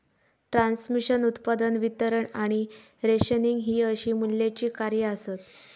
transmission, उत्पादन, वितरण आणि रेशनिंग हि अशी मूल्याची कार्या आसत